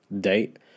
date